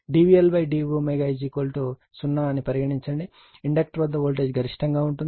dVLdω0 అని పరిగణించినప్పుడు ఇండక్టర్ వద్ద వోల్టేజ్ గరిష్టంగా ఉంటుంది